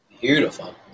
Beautiful